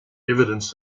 evidence